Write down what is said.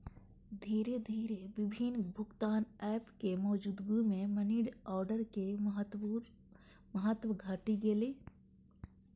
धीरे धीरे विभिन्न भुगतान एप के मौजूदगी मे मनीऑर्डर के महत्व घटि गेलै